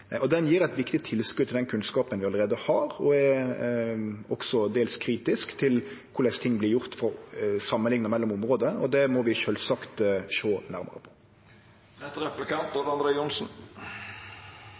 Den gjev eit viktig tilskot til den kunnskapen vi allereie har, og er også dels kritisk til korleis ting vert gjort, samanlikna mellom område, og det må vi sjølvsagt sjå nærmare